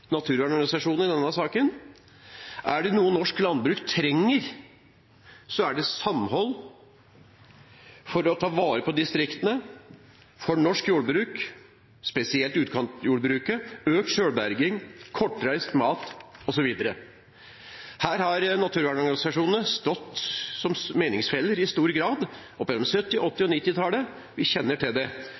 i denne saken. Er det noe norsk landbruk trenger, er det samhold – for å ta vare på distriktene, for norsk jordbruk, spesielt utkantjordbruket, økt selvberging, kortreist mat osv. Her har naturvernorganisasjonene i stor grad stått som meningsfeller opp gjennom 1970-, 1980- og 1990-tallet. Vi kjenner til det.